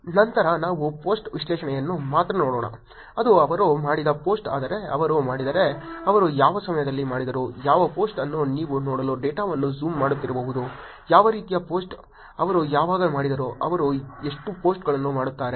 ನಂತರ ನಾವು ಪೋಸ್ಟ್ ವಿಶ್ಲೇಷಣೆಯನ್ನು ಮಾತ್ರ ನೋಡೋಣ ಅದು ಅವರು ಮಾಡಿದ ಪೋಸ್ಟ್ ಆದರೆ ಅವರು ಮಾಡಿದರೆ ಅವರು ಯಾವ ಸಮಯದಲ್ಲಿ ಮಾಡಿದರು ಯಾವ ಪೋಸ್ಟ್ ಅನ್ನು ನೀವು ನೋಡಲು ಡೇಟಾವನ್ನು ಜೂಮ್ ಮಾಡುತ್ತಿರಬಹುದು ಯಾವ ರೀತಿಯ ಪೋಸ್ಟ್ ಅವರು ಯಾವಾಗ ಮಾಡಿದರು ಅವರು ಎಷ್ಟು ಪೋಸ್ಟ್ಗಳನ್ನು ಮಾಡುತ್ತಾರೆ